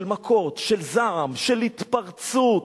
של מכות, של זעם, של התפרצות.